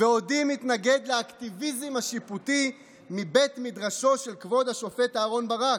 עודי מתנגד לאקטיביזם השיפוטי מבית מדרשו של כבוד השופט אהרן ברק.